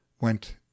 went